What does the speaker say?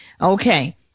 Okay